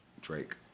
Drake